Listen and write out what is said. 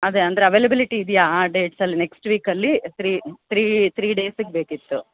ಅದೇ ಅಂದರೆ ಅವೈಲೆಬಿಲಿಟಿ ಇದೆಯಾ ಆ ಡೇಟ್ಸಲ್ಲಿ ನೆಕ್ಸ್ಟ್ ವೀಕ್ ಅಲ್ಲಿ ತ್ರೀ ತ್ರೀ ತ್ರೀ ಡೇಸಿಗೆ ಬೇಕಿತ್ತು